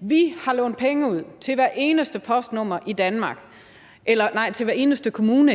Vi har lånt penge ud til hver eneste kommune i